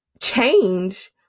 change